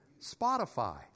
Spotify